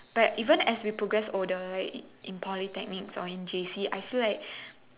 but even as we progress older like in polytechnics or in J_C I feel like